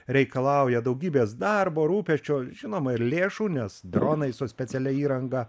reikalauja daugybės darbo rūpesčio žinoma ir lėšų nes dronai su specialia įranga